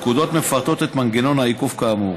הפקודות מפרטות את מנגנון העיכוב כאמור.